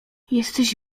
jesteś